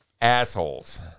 assholes